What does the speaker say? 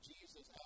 Jesus